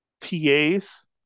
TAs